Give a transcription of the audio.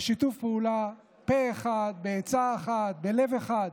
בשיתוף פעולה, פה אחד, בעצה אחת, בלב אחד,